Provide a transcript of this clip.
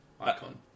icon